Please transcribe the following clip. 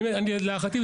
להערכתי,